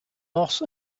loss